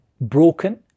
broken